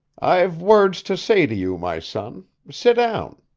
i've words to say to you, my son. sit down.